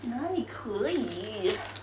哪里可以